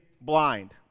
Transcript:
blind